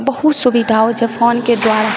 बहुत सुविधा होइ छै फोनके द्वारा